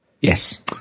Yes